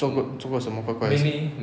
做过做过什么怪怪的事情